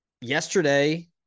Yesterday